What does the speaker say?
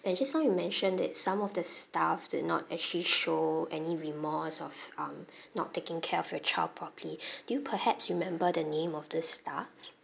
and just now you mentioned that some of the staff did not actually show any remorse of um not taking care of your child properly do you perhaps remember the name of this staff